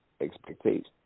expectations